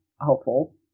helpful